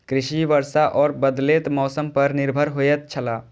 कृषि वर्षा और बदलेत मौसम पर निर्भर होयत छला